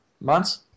months